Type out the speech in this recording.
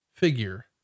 figure